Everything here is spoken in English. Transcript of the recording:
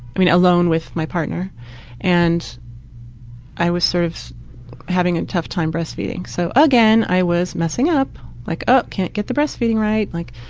i mean alone with my partner and i was sort of having a tough time breastfeeding so again, i was messing up like oh, can't get the breastfeeding right. like,